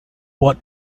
what